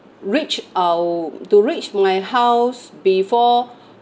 reach ou~ to reach my house before